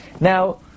Now